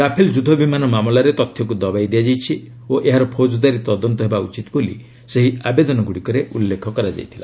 Rafale ଯୁଦ୍ଧ ବିମାନ ମାମଲାରେ ତଥ୍ୟକ୍ତ ଦବାଇ ଦିଆଯାଇଛି ଓ ଏହାର ଫୌଜଦାରୀ ତଦନ୍ତ ହେବା ଉଚିତ ବୋଲି ସେହି ଆବେଦନଗୁଡ଼ିକରେ ଉଲ୍ଲେଖ ରହିଥିଲା